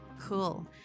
Cool